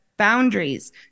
Boundaries